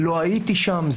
"לא הייתי שם",